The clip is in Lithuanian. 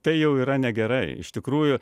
tai jau yra negerai iš tikrųjų